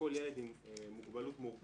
שהנושא של כל ילד עם מוגבלות מורכבות,